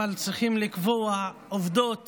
אבל צריכים לקבוע עובדות